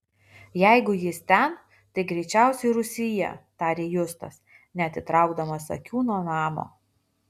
jeigu jis ten tai greičiausiai rūsyje tarė justas neatitraukdamas akių nuo namo